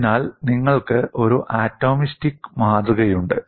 അതിനാൽ നിങ്ങൾക്ക് ഒരു ആറ്റോമിസ്റ്റിക് മാതൃകയുണ്ട്